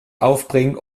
aufbringen